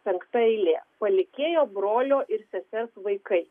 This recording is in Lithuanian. penkta eilė palikėjo brolio ir sesers vaikai